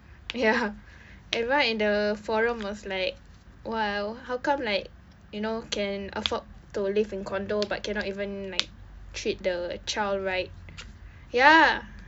ya ha everyone in the forum was like !wow! how come like you know can afford to live in condo but cannot even like treat the child right ya